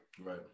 Right